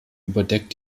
überdeckt